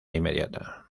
inmediata